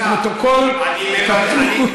זה פרוטוקול, כתוב, רגע.